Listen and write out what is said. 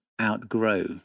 outgrow